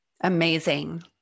amazing